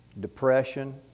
depression